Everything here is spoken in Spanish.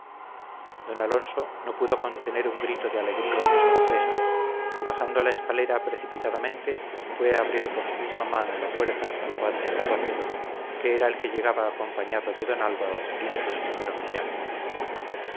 don alonso no pudo contener un grito de alegría y de sorpresa y bajando la escalera precipitadamente fue a abrir por su misma mano la puerta al abad de carracedo que era el que llegaba acompañado de don álvaro y de su escudero millán